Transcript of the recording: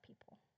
people